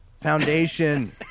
Foundation